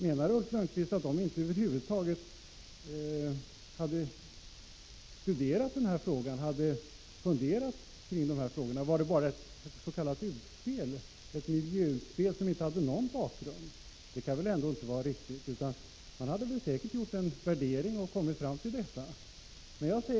Menar Ulf Lönnqvist att de över huvud taget inte hade studerat den här frågan eller funderat kring den? Var det bara ett s.k. utspel, ett miljöutspel som inte hade någon verklighetsbakgrund? Det kan väl ändå inte vara riktigt. Man hade säkert gjort en värdering och kommit fram till detta. Fru talman!